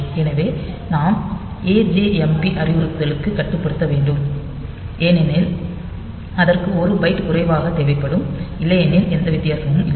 எனவே நாம் ajmp அறிவுறுத்தலைக்கு கட்டுப்படுத்த வேண்டும் ஏனென்றால் அதற்கு ஒரு பைட் குறைவாக தேவைப்படும் இல்லையெனில் எந்த வித்தியாசமும் இல்லை